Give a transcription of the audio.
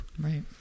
Right